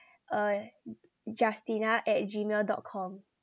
uh justina at gmail dot com